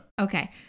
okay